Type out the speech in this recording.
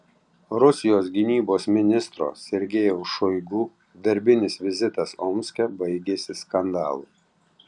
rusijos gynybos ministro sergejaus šoigu darbinis vizitas omske baigėsi skandalu